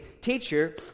Teacher